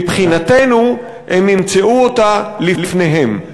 מבחינתנו, הם ימצאו אותה לפניהם.